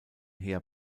heer